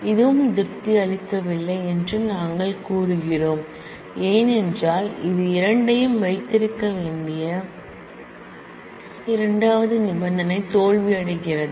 இதுவும் திருப்தி அளிக்கவில்லை என்று நாங்கள் கூறுகிறோம் ஏனென்றால் இது இரண்டையும் வைத்திருக்க வேண்டிய இரண்டாவது கண்டிஷன் தோல்வியடைகிறது